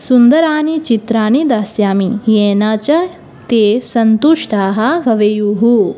सुन्दराणि चित्राणि दास्यामि येन च ते सन्तुष्टाः भवेयुः